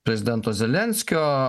prezidento zelenskio